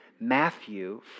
Matthew